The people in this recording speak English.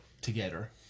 Together